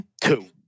Two